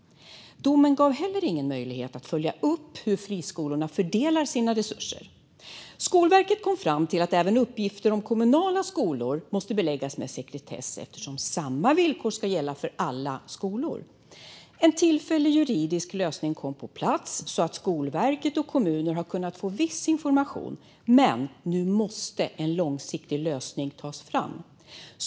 Domen gav heller ingen möjlighet att följa upp hur friskolorna fördelar sina resurser. Skolverket kom fram till att även uppgifter om kommunala skolor måste beläggas med sekretess eftersom samma villkor ska gälla för alla skolor. En tillfällig juridisk lösning kom på plats så att Skolverket och kommuner har kunnat få viss information, men nu måste en långsiktig lösning tas fram.